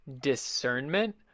discernment